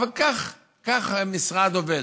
אבל כך משרד עובד,